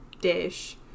dish